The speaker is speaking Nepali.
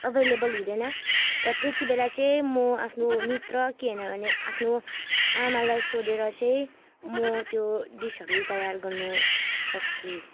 एभाइलेबल हुँदैन र त्यति बेला चाहिँ म आफ्नो मित्र कि होइन भने आफ्नो आमालाई सोधेर चाहिँ म त्यो डिसहरू तयार गर्न सक्छु